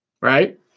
right